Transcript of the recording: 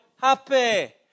happy